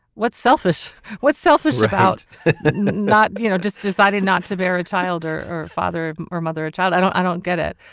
what's selfish what's selfish about not you know just decided not to bear a child or a father or mother a child. i don't i don't get it.